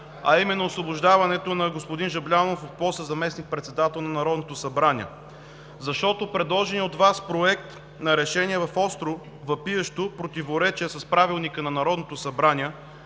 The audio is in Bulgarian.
а именно освобождаването на господин Жаблянов от поста заместник-председател на Народното събрание, защото предложеният от Вас Проект на решение е в остро, въпиещо противоречие с Правилника на Народното събрание,